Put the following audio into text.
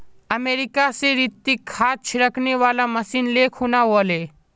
America स रितिक खाद छिड़कने वाला मशीन ले खूना व ले